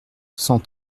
cent